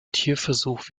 tierversuch